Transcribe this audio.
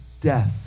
death